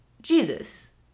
Jesus